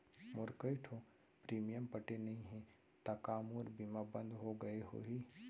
मोर कई ठो प्रीमियम पटे नई हे ता का मोर बीमा बंद हो गए होही?